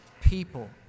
people